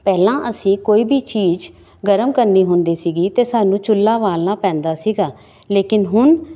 ਪਹਿਲਾਂ ਅਸੀਂ ਕੋਈ ਵੀ ਚੀਜ਼ ਗਰਮ ਕਰਨੀ ਹੁੰਦੀ ਸੀਗੀ ਤਾਂ ਸਾਨੂੰ ਚੁੱਲਾ ਬਾਲਣਾ ਪੈਂਦਾ ਸੀਗਾ ਲੇਕਿਨ ਹੁਣ